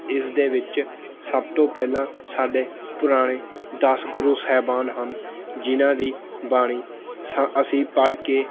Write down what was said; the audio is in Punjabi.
ਇਸ ਦੇ ਵਿੱਚ ਸਭ ਤੋਂ ਪਹਿਲਾਂ ਸਾਡੇ ਪੁਰਾਣੇ ਦਸ ਗੁਰੂ ਸਾਹਿਬਾਨ ਹਨ ਜਿਨ੍ਹਾਂ ਦੀ ਬਾਣੀ ਸ ਅਸੀਂ ਪੜ੍ਹ ਕੇ